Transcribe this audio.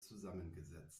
zusammengesetzt